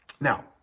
Now